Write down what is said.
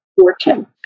fortune